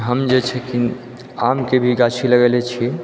हम जे छै कि आमके भी गाछी लगेलऽ छी